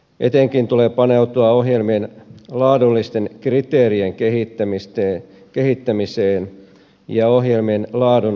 etenkin tulee paneutua ohjelmien laadullisten kriteerien kehittämiseen ja ohjelmien laadun arviointiin